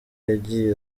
yagiye